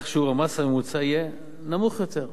כך שיעור המס הממוצע יהיה נמוך יותר.